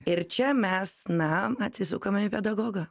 ir čia mes na atsisukame į pedagogą